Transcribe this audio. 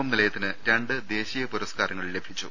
M നിലയത്തിന് രണ്ട് ദേശീയ പുരസ്കാ രങ്ങൾ ലഭിച്ചു